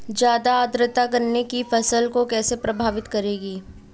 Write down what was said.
ज़्यादा आर्द्रता गन्ने की फसल को कैसे प्रभावित करेगी?